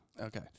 Okay